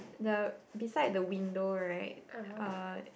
the beside the window right uh